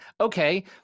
okay